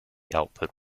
output